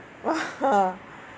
!wah!